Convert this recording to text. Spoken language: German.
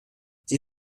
sie